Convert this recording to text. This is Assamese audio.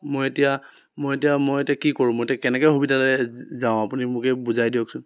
মই এতিয়া মই এতিয়া মই এতিয়া কি কৰোঁ মই এতিয়া কেনেকৈ সুবিধা যাওঁ আপুনি মোকেই বুজাই দিয়কচোন